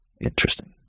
Interesting